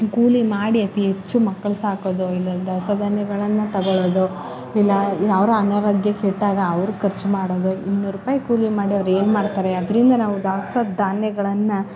ಕೂಲಿ ಮಾಡಿ ಅತಿ ಹೆಚ್ಚು ಮಕ್ಳು ಸಾಕೋದು ಇಲ್ಲ ದವಸ ಧಾನ್ಯಗಳನ್ನು ತಗೊಳ್ಳೋದು ಇಲ್ಲ ಯಾರೋ ಅನಾರೋಗ್ಯ ಕೆಟ್ಟಾಗ ಅವ್ರು ಖರ್ಚು ಮಾಡೋದು ಇನ್ನೂರು ರೂಪಾಯಿ ಕೂಲಿ ಮಾಡಿ ಅವ್ರೇನು ಮಾಡ್ತಾರೆ ಅದರಿಂದ ನಾವು ದವಸ ಧಾನ್ಯಗಳನ್ನ